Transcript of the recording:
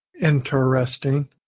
interesting